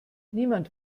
niemand